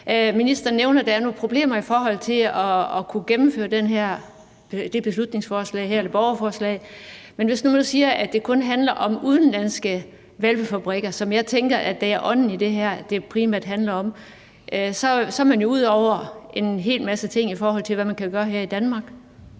Ministeren nævner, at der er nogle problemer i forhold til at kunne gennemføre det her borgerforslag, men hvis nu man siger, at det primært handler om udenlandske hvalpefabrikker, hvilket jeg tænker er ånden i det her, så er man jo ude over en hel masse ting, i forhold til hvad man kan gøre her i Danmark.